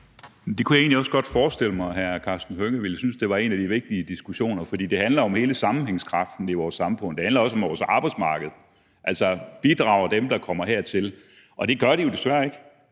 Det kunne jeg egentlig også godt forestille mig, altså at hr. Karsten Hønge ville synes, det var en af de vigtige diskussioner, for det handler jo om hele sammenhængskraften i vores samfund. Det handler også om vores arbejdsmarked. Altså, bidrager dem, der kommer hertil? Og det gør de jo desværre ikke.